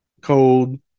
cold